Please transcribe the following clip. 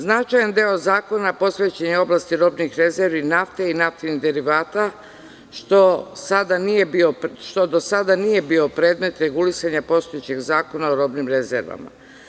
Značajan deo zakona posvećen je oblasti robnih rezervi nafte i naftnih derivata, što do sada nije bio predmet regulisanja postojećeg zakona o robnim rezervama.